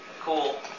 cool